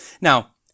Now